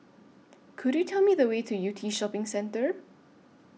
Could YOU Tell Me The Way to Yew Tee Shopping Centre